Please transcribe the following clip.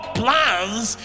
plans